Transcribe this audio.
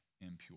impure